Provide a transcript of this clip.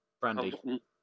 Brandy